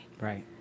right